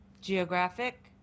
Geographic